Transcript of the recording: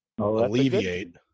alleviate